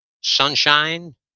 sunshine